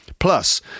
Plus